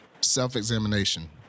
self-examination